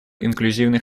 инклюзивный